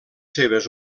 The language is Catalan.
seves